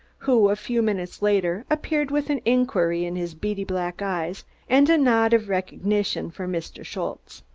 who a few minutes later appeared with an inquiry in his beady black eyes and a nod of recognition for mr. schultze.